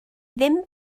ddim